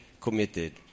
committed